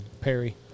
Perry